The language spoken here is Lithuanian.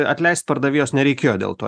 atleist pardavėjos nereikėjo dėl to